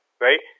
right